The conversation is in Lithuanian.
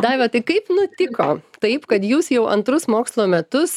daiva tai kaip nutiko taip kad jūs jau antrus mokslo metus